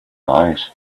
eyes